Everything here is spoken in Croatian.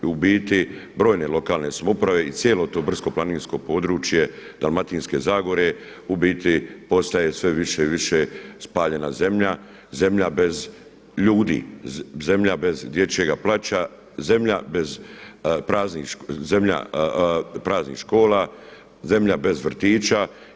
U biti brojne lokalne samouprave i cijelo to brdsko-planinsko područje Dalmatinske zagore postaje sve više i više spaljena zemlja, zemlja bez ljudi, zemlja bez dječjeg plača, zemlja praznih škola, zemlja bez vrtića.